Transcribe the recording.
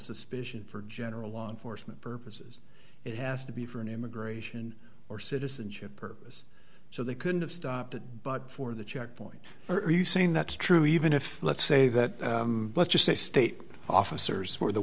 suspicion for general law enforcement purposes it has to be for an immigration or citizenship purpose so they couldn't have stopped it but for the checkpoint are you saying that's true even if let's say that let's just say state officers were the